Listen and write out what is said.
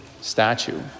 statue